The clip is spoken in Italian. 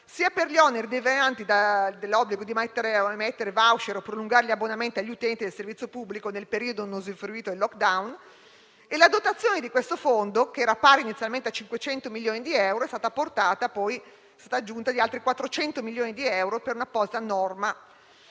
sia dagli oneri derivanti dall'obbligo di emettere *voucher* o prolungare gli abbonamenti agli utenti del servizio pubblico nel periodo non usufruito del *lockdown*. La dotazione di questo fondo, che era pari inizialmente a 500 milioni di euro, è stata aumentata di altri 400 milioni di euro con un'apposita norma